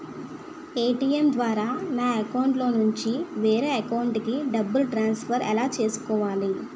ATM ద్వారా నా అకౌంట్లోనుంచి వేరే అకౌంట్ కి డబ్బులు ట్రాన్సఫర్ ఎలా చేసుకోవాలి?